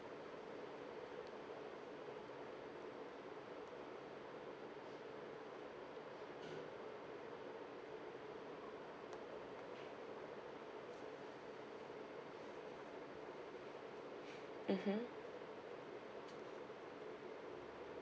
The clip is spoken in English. mmhmm